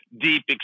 deep